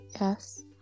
Yes